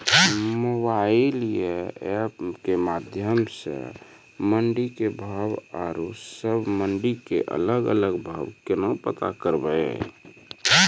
Mobile म app के माध्यम सऽ मंडी के भाव औरो सब मंडी के अलग अलग भाव केना पता करबै?